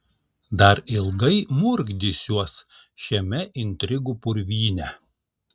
dar ilgai murkdysiuos šiame intrigų purvyne